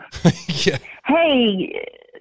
Hey